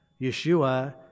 Yeshua